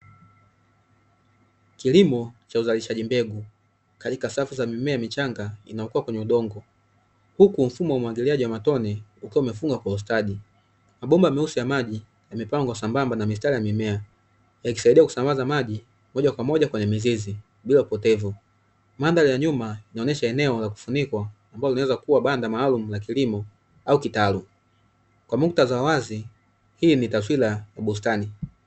Kilimo cha uzalishaji mbegu, katika safu za mimea michanga inayokua kwenye udongo, huku mfumo wa umwagiliaji wa matone ukiwa umefungwa kwa ustadi, mabomba meusi ya maji yamepangwa sambamba na mistari ya mimea yakisaidia kusambaza maji moja kwa moja kwenye mizizi bila upotevu. Mandhari ya nyuma inaonyesha eneo la kufunikwa ambalo linaweza kuwa banda maalumu la kilimo au kitalu, kwa muktadha wa wazi hii ni taswira ya bustani.